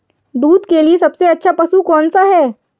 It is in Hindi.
दूध के लिए सबसे अच्छा पशु कौनसा है?